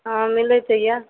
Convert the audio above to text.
हँ मिलै तऽ यऽ